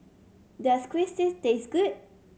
does Quesadilla taste good